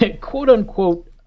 Quote-unquote